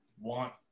want